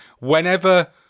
whenever